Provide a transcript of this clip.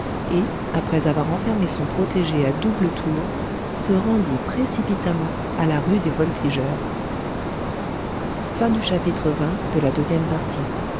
et après avoir enfermé son protégé à double tour se rendit précipitamment à la rue des voltigeurs